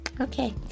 Okay